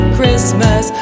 Christmas